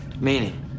Meaning